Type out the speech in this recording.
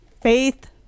faith